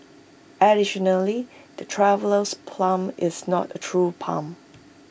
additionally the Traveller's palm is not A true palm